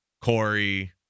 Corey